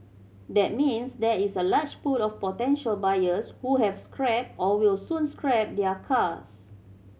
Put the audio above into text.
that means there is a large pool of potential buyers who have scrapped or will soon scrap their cars